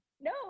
no